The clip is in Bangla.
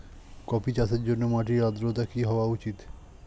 কফি চাষের জন্য মাটির আর্দ্রতা কি হওয়া উচিৎ?